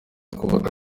twibuka